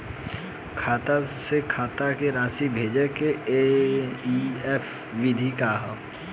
खाता से खाता में राशि भेजे के एन.ई.एफ.टी विधि का ह?